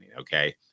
okay